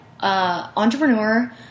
entrepreneur